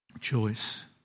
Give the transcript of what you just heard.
choice